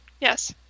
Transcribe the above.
Yes